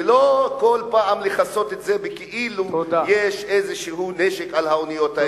ולא בכל פעם לכסות את זה כאילו יש איזשהו נשק על האוניות האלה.